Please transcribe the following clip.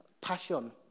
passion